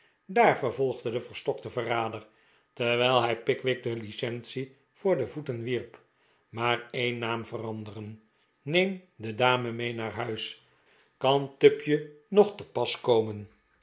daar vervolgde de verstokte verrader terwijl hij pickwick de licence voor de voeten wierp maar een naam veranderen neem de dame mee naar huis kan tupje nog te pas komen